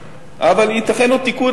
אבל ייתכן עוד תיקון,